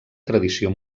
tradició